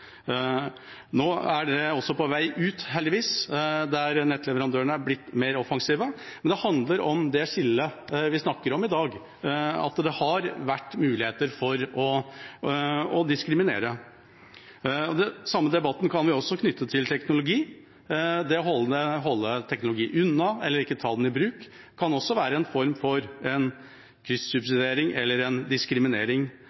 Nå er det på vei ut, heldigvis. Nettleverandørene har blitt mer offensive. At det har vært muligheter for å diskriminere, handler om det skillet vi snakker om i dag. Den samme debatten kan vi knytte til teknologi. Det å holde teknologi unna eller ikke ta den i bruk kan være en form for